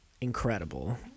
incredible